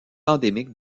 endémique